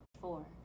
four